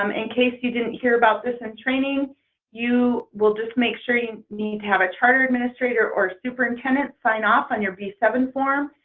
um in case you didn't hear about this in training you will just make sure you need to have a charter administrator or superintendent sign off on your b seven form.